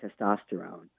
testosterone